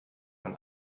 von